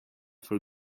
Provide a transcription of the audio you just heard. for